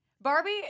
barbie